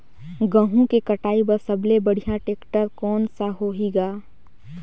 गहूं के कटाई पर सबले बढ़िया टेक्टर कोन सा होही ग?